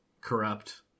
corrupt